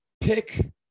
pick